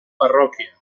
parroquia